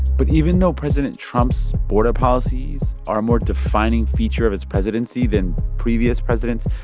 but even though president trump's border policies are a more defining feature of his presidency than previous presidents,